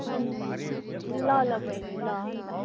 ल ल बहिनी ल ल